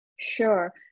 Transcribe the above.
Sure